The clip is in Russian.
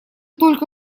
только